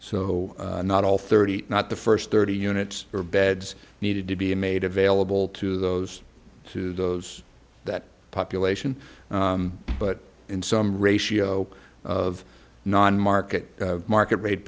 o not all thirty not the first thirty units or beds needed to be made available to those to those that population but in some ratio of non market market rate